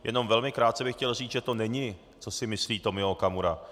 Jenom velmi krátce bych chtěl říci, že to není, co si myslí Tomio Okamura.